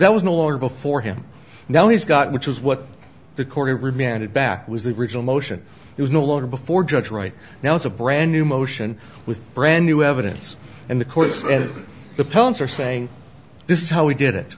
that was no longer before him now he's got which is what the court remanded back was the original motion it was no longer before judge right now it's a brand new motion with brand new evidence and the courts and the parents are saying this is how we did it